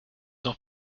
noch